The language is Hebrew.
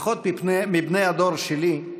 לפחות מבני הדור שלי,